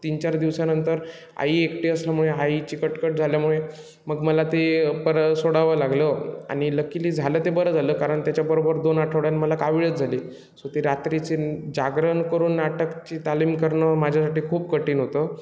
तीन चार दिवसानंतर आई एकटी असल्यामुळे आईची कटकट झाल्यामुळे मग मला ते परत सोडावं लागलं आणि लकीली झालं ते बरं झालं कारण त्याच्या बरोबर दोन आठवड्याने मला काविळच झाली सो ते रात्रीचे जागरण करून नाटकाची तालीम करणं माझ्यासाठी खूप कठीण होतं